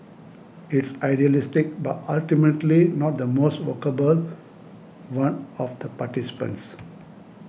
it's idealistic but ultimately not the most workable one of the participants